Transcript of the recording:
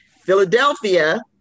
Philadelphia